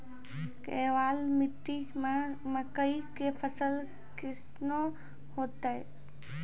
केवाल मिट्टी मे मकई के फ़सल कैसनौ होईतै?